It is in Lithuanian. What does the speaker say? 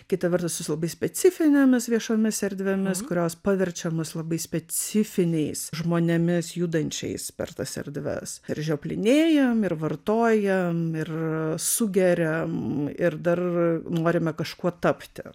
kita vertus su labai specifinėmis viešomis erdvėmis kurios paverčia mus labai specifiniais žmonėmis judančiais per tas erdves ir žioplinėjam ir vartojam ir sugeriam ir dar norime kažkuo tapti